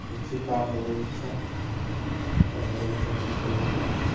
হচ্ছে তার মনের ইচ্ছা তার মনের ইচ্ছা তাকে পূর্ণ করে